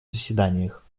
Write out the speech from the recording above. заседаниях